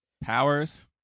powers